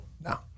no